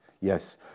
yes